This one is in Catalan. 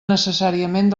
necessàriament